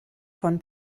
von